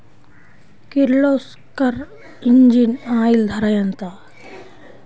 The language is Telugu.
కిర్లోస్కర్ ఇంజిన్ ఆయిల్ ధర ఎంత?